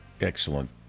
Excellent